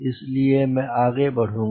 इसलिए मैं आगे बढूंगा